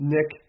Nick